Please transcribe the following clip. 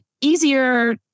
easier